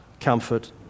comfort